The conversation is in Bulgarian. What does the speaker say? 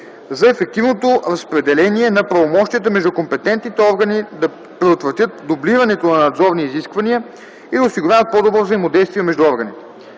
за ефективното разпределение на правомощията между компетентните органи, да предотвратят дублирането на надзорни изисквания и да осигуряват по-добро взаимодействие между органите.